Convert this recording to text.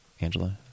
Angela